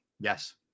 Yes